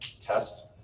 test